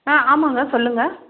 ஆ ஆமாம்ங்க சொல்லுங்கள்